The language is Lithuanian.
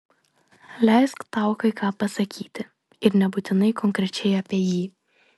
leisk tau kai ką pasakyti ir nebūtinai konkrečiai apie jį